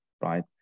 right